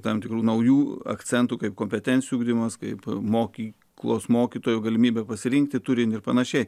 tam tikrų naujų akcentų kaip kompetencijų ugdymas kaip moki klos mokytojų galimybę pasirinkti turinį ir pan